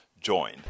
join